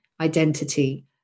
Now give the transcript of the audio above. identity